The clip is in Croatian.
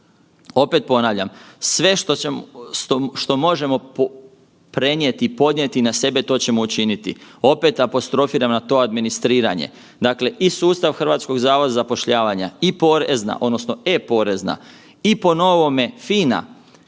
Opet ponavljam, sve što možemo prenijeti i podnijeti na sebe to ćemo učiniti, opet apostrofiram na to administriranje, dakle i sustav HZZ-a i Porezna odnosno e-Porezna i po novome FINA